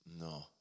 No